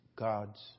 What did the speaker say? God's